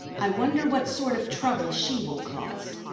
i wonder what sort of trouble she will cause.